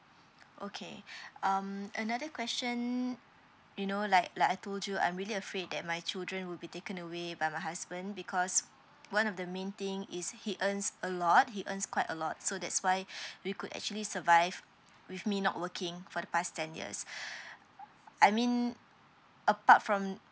okay um another question you know like like I told you I'm really afraid that my children will be taken away by my husband because one of the main thing is he earns a lot he earns quite a lot so that's why we could actually survive with me not working for the past ten years I mean apart from